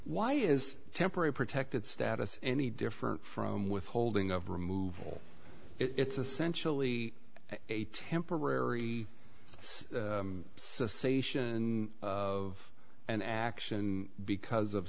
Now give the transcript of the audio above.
why is temporary protected status any different from withholding of removal it's essentially a temporary cessation of an action because of